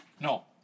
No